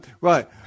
Right